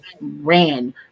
ran